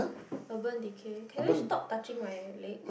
Urban-Decay can you stop touching my leg